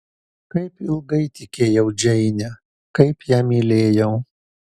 kaip ilgai tikėjau džeine kaip ją mylėjau